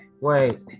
Wait